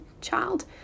child